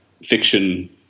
fiction